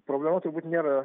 problemų turbūt nėra